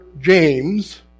James